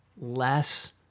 less